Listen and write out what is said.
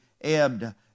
ebbed